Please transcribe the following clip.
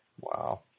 Wow